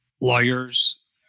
lawyers